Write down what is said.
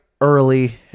early